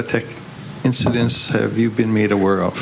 attack incidents have you been made aware of